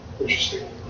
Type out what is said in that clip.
Interesting